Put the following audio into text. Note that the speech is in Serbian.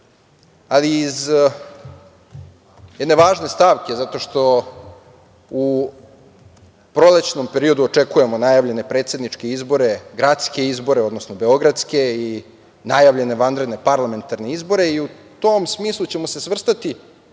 ali i iz jedne važne stavke – zato što u prolećnom periodu očekujemo najavljene predsedničke izbore, gradske izbore, odnosno beogradske i najavljene vanredne parlamentarne izbore. U tom smislu ćemo se svrstati,